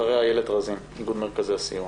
אחריה, איילת רזין, איגוד מרכזי הסיוע.